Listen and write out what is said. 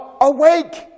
Awake